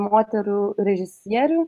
moterų režisierių